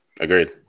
Agreed